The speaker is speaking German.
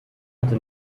hatte